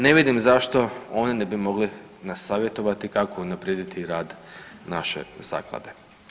Ne vidim zašto oni ne bi mogli nas savjetovati kako unaprijediti rad naše zaklade.